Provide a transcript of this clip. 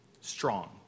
Strong